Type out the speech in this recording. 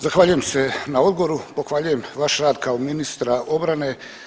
Zahvaljujem se na odgovoru, pohvaljujem vaš rad kao ministra obrane.